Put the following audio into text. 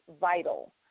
vital